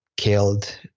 killed